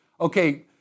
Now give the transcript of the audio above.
okay